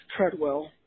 Treadwell